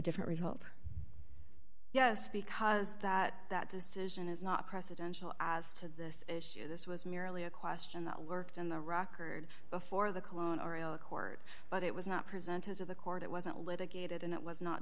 different result yes because that that decision is not precedential as to this issue this was merely a question that worked in the rocker heard before the cologne or l a court but it was not presented to the court it wasn't litigated and it was not